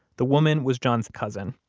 the woman was john's cousin.